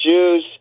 Jews